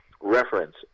reference